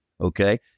okay